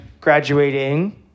graduating